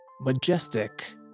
Majestic